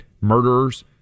murderers